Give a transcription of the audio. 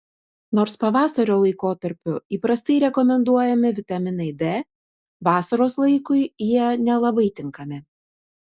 nors pavasario laikotarpiu įprastai rekomenduojami vitaminai d vasaros laikui jie nelabai tinkami